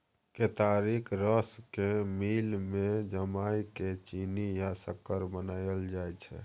केतारीक रस केँ मिल मे जमाए केँ चीन्नी या सक्कर बनाएल जाइ छै